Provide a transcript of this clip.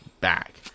back